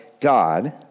God